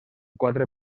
quatre